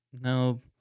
no